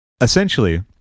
Essentially